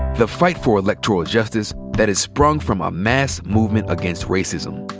the fight for electoral justice that has sprung from a mass movement against racism.